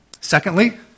Secondly